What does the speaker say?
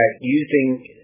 using